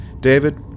David